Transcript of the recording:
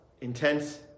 intense